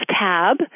tab